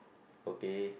okay